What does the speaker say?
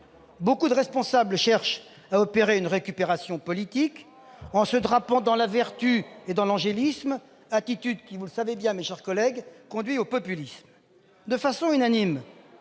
Beaucoup de responsables cherchent à opérer une récupération politique en se drapant dans la vertu et l'angélisme, attitude qui, vous le savez bien mes chers collègues, conduit au populisme. Ce sont des